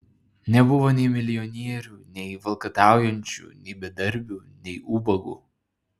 nebuvo nei milijonierių nei valkataujančių nei bedarbių nei ubagų